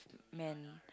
man